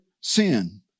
sin